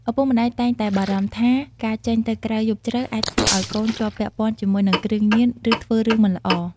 ឪពុកម្តាយតែងបារម្ភថាការចេញទៅក្រៅយប់ជ្រៅអាចធ្វើឱ្យកូនជាប់ពាក់ព័ន្ធជាមួយនឹងគ្រឿងញៀន ឬធ្វើរឿងមិនល្អ។